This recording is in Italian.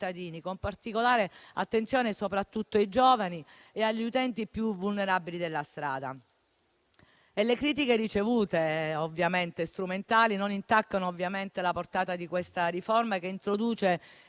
con particolare attenzione soprattutto ai giovani e agli utenti più vulnerabili della strada. Le critiche ricevute, che sono strumentali, non intaccano ovviamente la portata di questa riforma che introduce